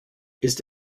ist